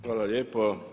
Hvala lijepa.